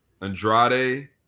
Andrade